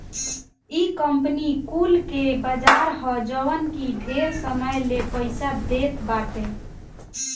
इ कंपनी कुल के बाजार ह जवन की ढेर समय ले पईसा देत बाटे